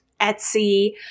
Etsy